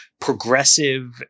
progressive